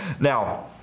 Now